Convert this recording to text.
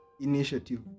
initiative